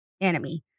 enemy